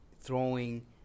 throwing